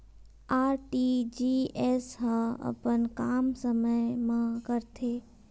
RTGS ह अपन काम समय मा करथे?